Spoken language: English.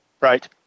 Right